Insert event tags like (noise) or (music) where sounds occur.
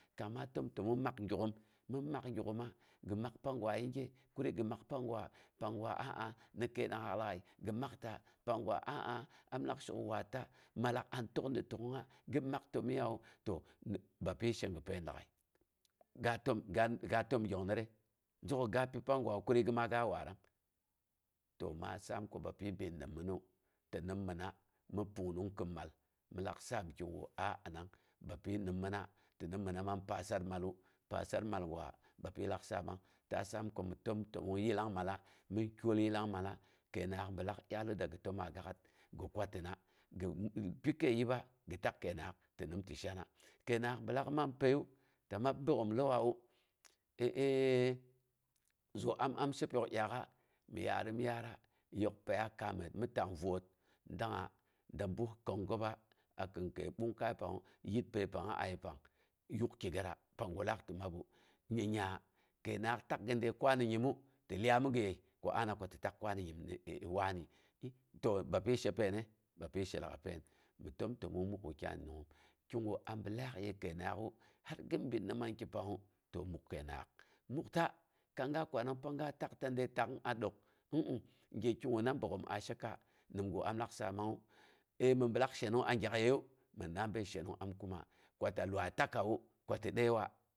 (unintelligible) mɨn maa gyak'oma, gi mak panggwa yinge, kurii gi maa panggwa, panggwa a a ni kəinangngət lag'ai, gi maa ta, panggwa aa, am lak shok waata mallak an təkde tək'ungnga, gin maa təmyiiya wu. To bapyi, she ga pain lagai. Ga təm ga təm gyongnətre? Zheko ga pi panggwawu kwii gimaa ga waarang. To maa saam ko bapyi bin nimɨnu, ti nimmina mi pungnung kin mal, mɨn laa saam kigu aa anang bapyi nimmina, ti nimina mi pasal mallu pasar mal gwa bapyi laa saamang, ta saam komi təmtəmong yillangmalla. Min kyol yillang malla. Kəinangngaak bilaa dyalu dagi təma gak'at gi kwatina, gi pi kəi yiba gi tak'ung kəinangngaak ti nim ti shana. Kəinangngaak bilaak man pəiyu, ta mab bogghom lauwuwa, (hesitation) zu am an shepyok dyaak'a mi yaarum yaara, yok pəiya kaamət mi tangvoot dangnga da ɓus konggoba, a kin kəi ɓungkai pang, yit pəi pangnga ayepang yak kigətra, panggu laak tɨ mabu. Nyingnya kəinangngaak takga de kwanə nyimu, tɨ lyai mi giye, ko aana ko ti tak kwano nyim mi wani. To bayayi paine? Bapyi she lag'ai pain. gi təmtəmong muk wakyai nangngoom. Kigu a bi laak ye kəinangngaak'u, hal giin binna man ginu, to puk kəinangngaak, mukta kang ga kwanang pang ga takta de tak'ung a dook. mmm. gyekguna bogghom a she ka, nimgu am lak saamangnga, əəi min bilak shenong a gyakyeya minna bəi shenong am kuma, kota luai a tawu, ko ti dai wowa?